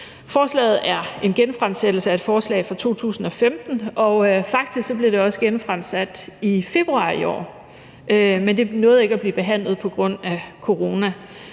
Forslaget er en genfremsættelse af et forslag fra 2015, og faktisk blev det også genfremsat i februar i år, men det nåede ikke at blive behandlet på grund af corona.